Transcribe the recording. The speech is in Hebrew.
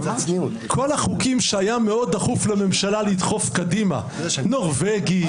כל החוקים שהיה מאוד דחוף לממשלה לדחוף קדימה: נורבגי,